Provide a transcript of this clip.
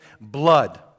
blood